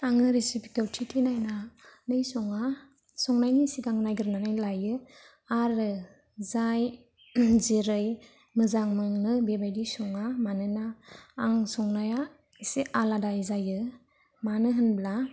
आङो रेसिपिखौ थि थि नायनानै सङा संनायनि सिगां नायग्रोनानै लायो आरो जाय जेरै मोजां मोनो बेबायदि सङा मानोना आं संनाया एसे आलादायै जायो मानो होनब्ला